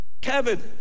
kevin